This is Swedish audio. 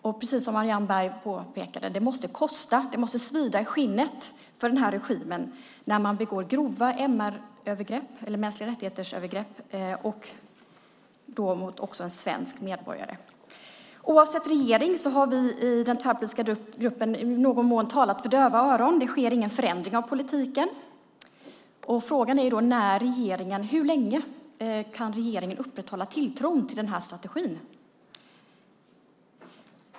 Och precis som Marianne Berg påpekade måste det kosta, det måste svida i skinnet för den här regimen när man begår grova övergrepp mot mänskliga rättigheter och då också mot en svensk medborgare. Oavsett regering har vi i den tvärpolitiska gruppen i någon mån talat för döva öron. Det sker ingen förändring av politiken. Frågan är då: Hur länge kan regeringen upprätthålla tilltron till den här strategin?